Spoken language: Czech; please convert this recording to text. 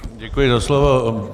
Děkuji za slovo.